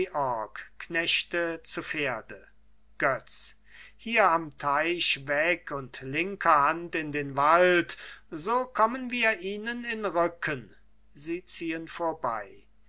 götz hier am teich weg und linker hand in den wald so kommen wir ihnen in rücken sie